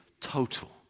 total